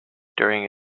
during